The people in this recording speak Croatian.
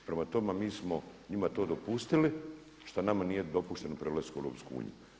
Prema tome, mi smo njima to dopustili što nama nije dopušteno prelaskom u Europsku uniju.